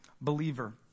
believer